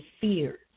fears